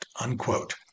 unquote